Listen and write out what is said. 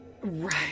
Right